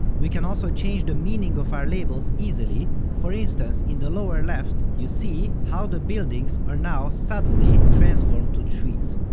we can also change the meaning of our labels easily, for instance, in the lower left, you see how the buildings are now suddenly transformed to trees.